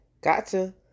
Gotcha